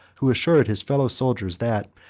who assured his fellow-soldiers, that,